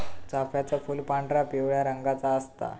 चाफ्याचा फूल पांढरा, पिवळ्या रंगाचा असता